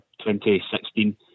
2016